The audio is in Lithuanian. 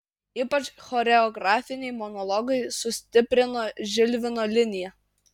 ypač choreografiniai monologai sustiprino žilvino liniją